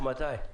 מתי?